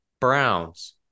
Browns